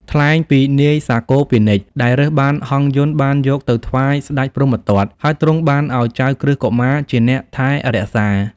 ថ្លែងពីនាយសាគរពាណិជ្ជ ដែលរើសបានហង្សយន្តបានយកទៅថ្វាយស្តេចព្រហ្មទត្ត ហើយទ្រង់បានឱ្យចៅក្រឹស្នកុមារជាអ្នកថែរក្សា។